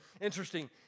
interesting